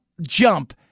jump